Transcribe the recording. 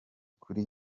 kuri